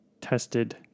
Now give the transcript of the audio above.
tested